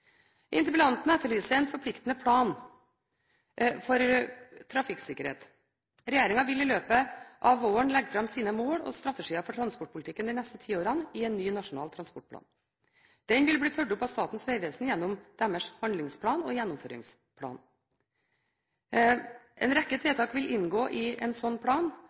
Interpellanten etterlyser en forpliktende plan for trafikksikkerhet. Regjeringen vil i løpet av våren legge fram sine mål og strategier for transportpolitikken de neste ti årene i en ny Nasjonal transportplan. Denne vil bli fulgt opp av Statens vegvesen gjennom deres handlingsplan og gjennomføringsplan. En rekke tiltak vil inngå i en slik plan.